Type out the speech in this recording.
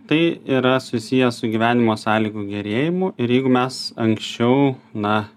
tai yra susiję su gyvenimo sąlygų gerėjimu ir jeigu mes anksčiau na